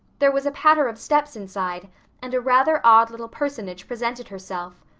there was a patter of steps inside and a rather odd little personage presented herself.